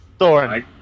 Thorin